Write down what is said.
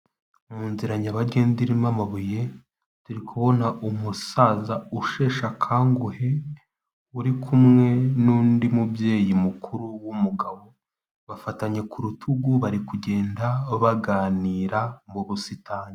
Mu nzira nyabagenda irimo amabuye, turi kubona umusaza usheshe akanguhe uri kumwe n'undi mubyeyi mukuru w'umugabo bafatanye ku rutugu, bari kugenda baganira mu busitani.